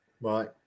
right